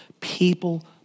People